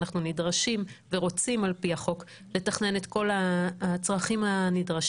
החוק גם מחייב אותנו לעשות זאת.